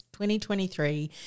2023